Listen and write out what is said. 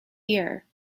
here